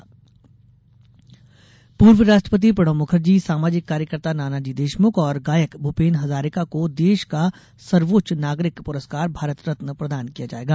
भारत रत्न पुरस्कार पूर्व राष्ट्रपंति प्रणब मुखर्जी सामाजिक कार्यकर्ता नानाजी देशमुख और गायक भुपेन हजारिका को देश के सर्वोच्च नागरिक पुरस्कार भारत रत्न प्रदान किया जायेगा